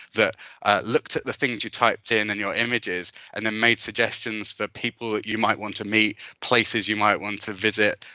that looked at the things you typed in and your images and then made suggestions for people that you might want to meet, places you might want to visit,